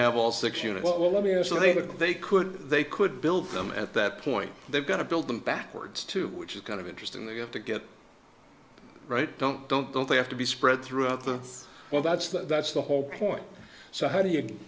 have all six you know well let me as i think they could they could build them at that point they've got to build them backwards to which is kind of interesting that you have to get right don't don't don't have to be spread throughout the well that's that's the whole point so how do you